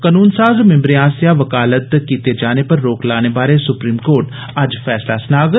क्नूनसाज मिंबरें आस्सेआ वकालत कीते जाने उप्पर रोक लाने बारे सुप्रीम कोर्ट अज्ज फैसला सनाग